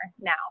now